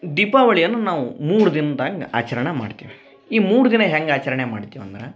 ದೀಪಾವಳಿಯನ್ನು ನಾವು ಮೂರು ದಿನ್ದಂಗ ಆಚರಣ ಮಾಡ್ತೀವಿ ಈ ಮೂರು ದಿನ ಹೆಂಗೆ ಆಚರಣೆ ಮಾಡ್ತಿವಿ ಅಂದರ